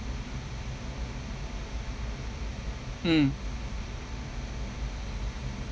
mm